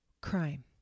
crime